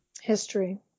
History